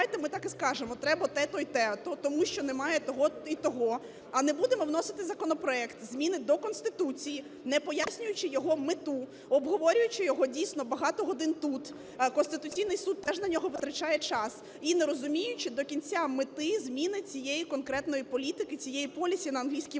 То давайте ми так і скажемо, треба те то і те то, тому що немає того і того, а не будемо вносити законопроект, зміни до Конституції, не пояснюючи його мету, обговорюючи його, дійсно, багато годин тут, Конституційний Суд теж на нього витрачає час, і не розуміючи до кінця мети зміни цієї конкретної політики, цієї policy (на англійській мові).